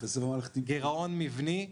גירעון מבני.